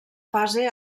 fase